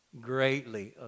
greatly